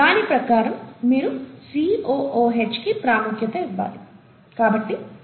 దాని ప్రకారం మీరు COOH కి ప్రాముఖ్యత ఇవ్వాలి